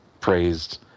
praised